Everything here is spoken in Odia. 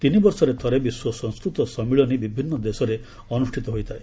ତିନିବର୍ଷରେ ଥରେ ବିଶ୍ୱ ସଂସ୍କୃତ ସମ୍ମିଳନୀ ବିଭିନ୍ନ ଦେଶରେ ଅନୁଷ୍ଠିତ ହୋଇଥାଏ